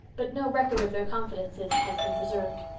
but no record of their confidences has been preserved.